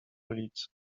ulicy